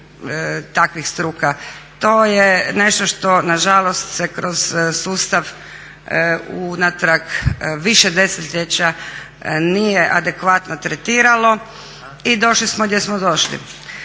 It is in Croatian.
takvih struka. To je nešto što na žalost se kroz sustav unatrag više desetljeća nije adekvatno tretiralo i došli smo gdje smo došli.